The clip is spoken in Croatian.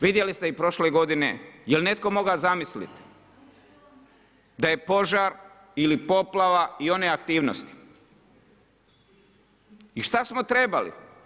Vidjeli ste i prošle godine je li netko mogao zamisliti da je požar ili poplava i one aktivnosti i šta smo trebali.